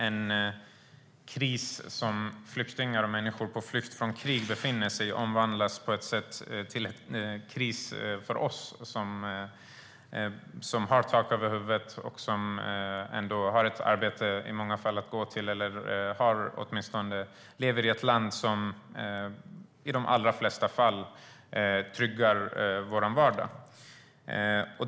En kris som människor på flykt från krig befinner sig i omvandlas på något sätt till en kris för oss som har tak över huvudet och i många fall har ett arbete att gå till eller åtminstone lever i ett land som i de allra flesta fall tryggar vår vardag.